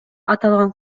аталган